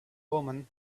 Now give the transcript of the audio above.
omen